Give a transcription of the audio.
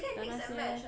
then 那些